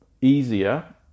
easier